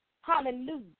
Hallelujah